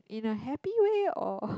in a happy way or